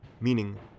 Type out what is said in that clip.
Meaning